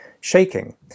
shaking